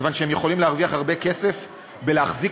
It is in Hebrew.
כיוון שהם יכולים להרוויח הרבה כסף מלהחזיק